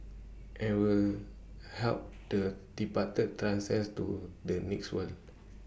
and we help the departed transcend to the next world